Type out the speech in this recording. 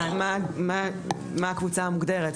מה אתה יודע.